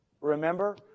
Remember